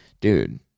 dude